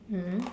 mm